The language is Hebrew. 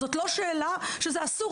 זאת לא שאלה שזה אסור,